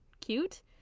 cute